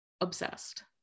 Obsessed